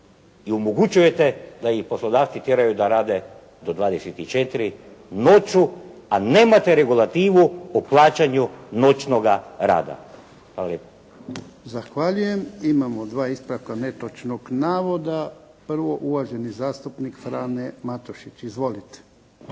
i omogućujete da ih poslodavci tjeraju da rade do 24,00 noću, a nemate regulativu o plaćanju noćnoga rada. Hvala lijepa. **Jarnjak, Ivan (HDZ)** Zahvaljujem. Imamo dva ispravka netočnog navoda. Prvo uvaženi zastupnik Frane Matušić. Izvolite.